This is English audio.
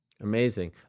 Amazing